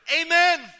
Amen